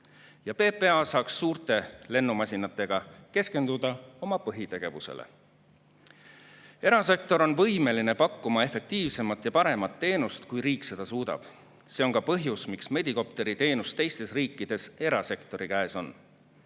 ja PPA saaks suurte lennumasinatega keskenduda oma põhitegevusele. Erasektor on võimeline pakkuma efektiivsemat ja paremat teenust, kui riik seda suudab. See on ka põhjus, miks medikopteri teenus teistes riikides erasektori käes on.